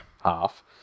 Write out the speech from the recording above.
half